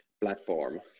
platform